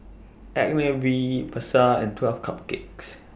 Agnes B Pasar and twelve Cupcakes